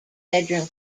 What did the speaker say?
bedroom